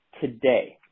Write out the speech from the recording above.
today